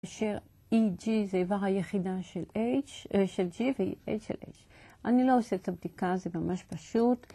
אשר EG זה איבר היחידה של G ו־H של H. אני לא אעשה את הבדיקה, זה ממש פשוט.